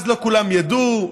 אז לא כולם ידעו,